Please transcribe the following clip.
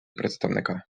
представника